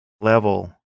level